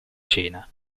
cena